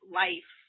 life